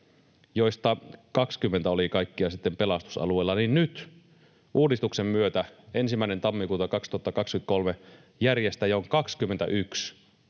joista 20 oli kaikkiaan sitten pelastusalueilla. Nyt uudistuksen myötä 1. tammikuuta 2023 järjestäjiä on 21